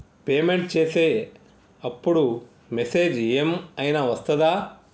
Payment చేసే అప్పుడు message ఏం ఐనా వస్తదా?